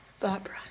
Barbara